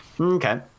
Okay